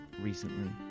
recently